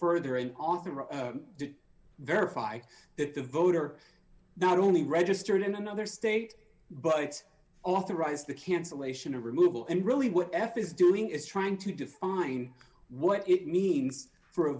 further and author of to verify that the voter not only registered in another state but it's authorized the cancellation of removal and really what f is doing is trying to define what it means f